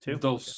Two